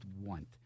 want